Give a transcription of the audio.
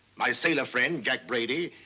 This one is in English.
my sailor friend, jack brady,